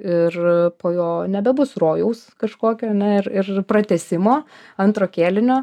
ir po jo nebebus rojaus kažkokio ir ir pratęsimo antro kėlinio